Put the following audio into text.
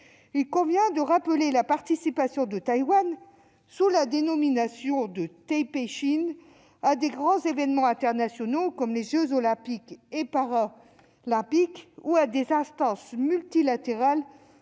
Il convient de rappeler la participation de Taïwan sous la dénomination « Taipei-Chine » à de grands événements internationaux comme les jeux Olympiques et Paralympiques ou à des instances multilatérales